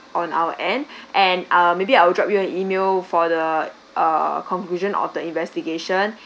on our end and uh maybe I will drop you an email for the uh conclusion of the investigation